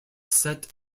set